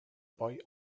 boy